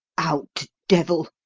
out, devil!